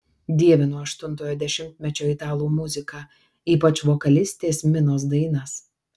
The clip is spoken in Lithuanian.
dievinu aštuntojo dešimtmečio italų muziką ypač vokalistės minos dainas